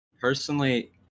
Personally